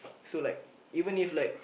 so like even if like